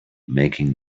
making